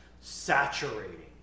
saturating